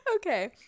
okay